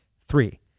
three